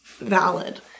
valid